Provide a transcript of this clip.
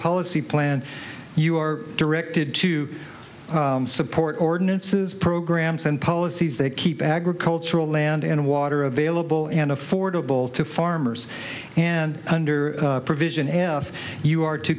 policy plan you are directed to support ordinances programs and policies they keep agricultural land and water available and affordable to farmers and under provision if you are to